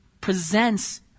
presents